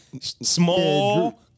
small